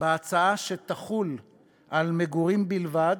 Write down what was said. בהצעה שתחול על מגורים בלבד,